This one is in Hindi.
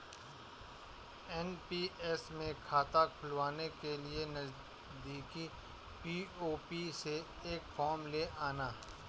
एन.पी.एस में खाता खुलवाने के लिए नजदीकी पी.ओ.पी से एक फॉर्म ले आना